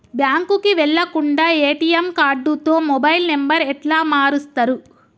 బ్యాంకుకి వెళ్లకుండా ఎ.టి.ఎమ్ కార్డుతో మొబైల్ నంబర్ ఎట్ల మారుస్తరు?